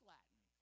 Latin